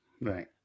Right